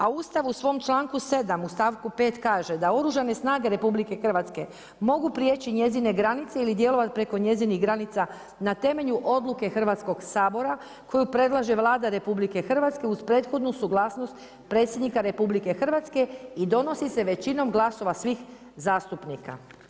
A Ustav u svom članku 7. u stavku 5. kaže da Oružane snage RH mogu prijeći njezine granice ili djelovat preko njezinih granica na temelju odluke Hrvatskog sabora koju predlaže Vlada RH uz prethodnu suglasnost Predsjednika RH i donosi se većinom glasova svih zastupnika.